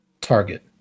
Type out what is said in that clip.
target